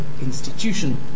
institution